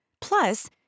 Plus